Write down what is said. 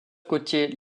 côtier